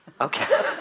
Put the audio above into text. Okay